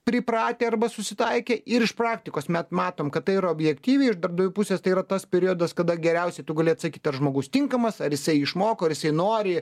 pripratę arba susitaikė ir iš praktikos mes matom kad tai objektyviai iš darbdavių pusės tai yra tas periodas kada geriausiai tu gali atsakyt ar žmogus tinkamas ar jisai išmoko ar jisai nori